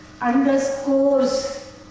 underscores